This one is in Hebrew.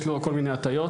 יש לו כל מיני הטיות,